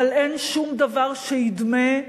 אבל אין שום דבר שידמה,